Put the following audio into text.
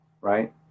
right